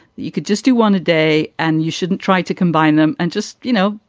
you could just do one a day and you shouldn't try to combine them and just, you know,